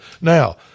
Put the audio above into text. now